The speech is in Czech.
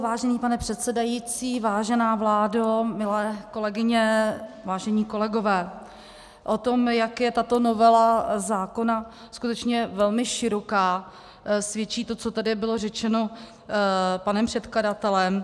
Vážený pane předsedající, vážená vládo, milé kolegyně, vážení kolegové, o tom, jak je tato novela zákona skutečně velmi široká, svědčí to, co tady bylo řečeno panem předkladatelem.